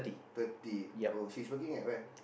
thirty oh she's working at where